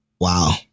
Wow